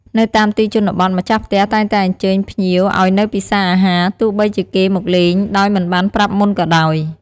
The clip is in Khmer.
នៅតាមទីជនបទ ម្ចាស់ផ្ទះតែងតែអញ្ជើញភ្ញៀវឱ្យនៅពិសាអាហារ ទោះបីជាគេមកលេងដោយមិនបានប្រាប់មុនក៏ដោយ។